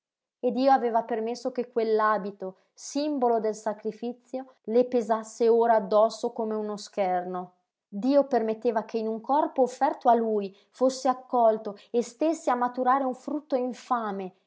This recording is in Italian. e dio aveva permesso che quell'abito simbolo del sacrifizio le pesasse ora addosso come uno scherno dio permetteva che in un corpo offerto a lui fosse accolto e stésse a maturare un frutto infame